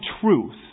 truth